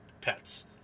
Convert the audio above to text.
pets